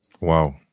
Wow